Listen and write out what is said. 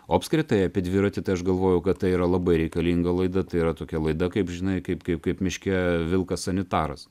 o apskritai apie dviratį tai aš galvojau kad tai yra labai reikalinga laida tai yra tokia laida kaip žinai kaip kaip kaip miške vilkas sanitaras